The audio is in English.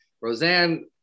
roseanne